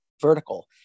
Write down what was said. vertical